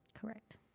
Correct